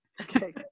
okay